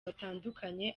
batandukanye